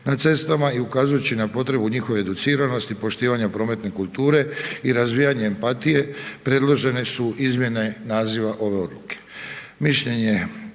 na cestama i ukazujući na potrebu njihove educiranosti, poštivanja prometne kulture i razvijanje empatije predložene su izmjene naziva ove odluke. Mišljenje